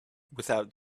without